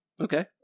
Okay